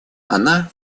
она